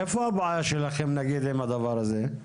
איפה הבעיה שלכם עם הדבר הזה?